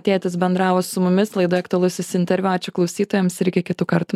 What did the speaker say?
tėtis bendravo su mumis laidoj aktualusis interviu ačiū klausytojams ir iki kitų kartų